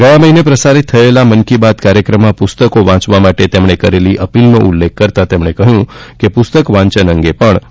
ગયા મહિને પ્રસારિત થયેલા મન કી બાત કાર્યક્રમમાં પુસ્તકો વાંચવા માટે તેમને કરેલી અપીલનો ઉલ્લેખ કરતા તેમણે કહ્યું કે પુસ્તક વાંચન અંગે પણ ભારે પ્રતિસાદ મળ્યો છે